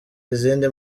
izindi